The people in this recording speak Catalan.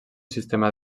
sistema